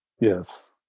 Yes